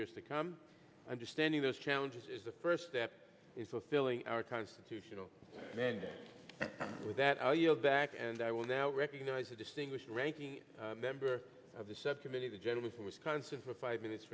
years to come understanding those challenges is the first step is fulfilling our constitutional mandate with that i'll yield back and i will now recognize the distinguished ranking member of the subcommittee the gentleman from wisconsin for five minutes